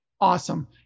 Awesome